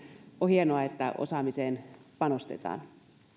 on hienoa että osaamiseen panostetaan